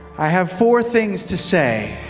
i have four things to say.